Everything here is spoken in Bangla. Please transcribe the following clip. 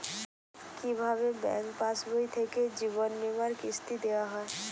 কি ভাবে ব্যাঙ্ক পাশবই থেকে জীবনবীমার কিস্তি দেওয়া হয়?